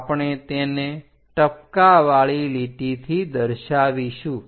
આપણે તેને ટપકાવાળી લીટીથી દર્શાવીશું